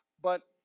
but,